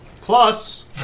Plus